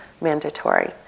mandatory